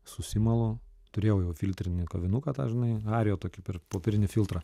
susimalu turėjau jau filtrinį kavinuką tą žinai arija tokį per popierinį filtrą